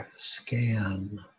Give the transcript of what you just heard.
Scan